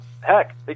Heck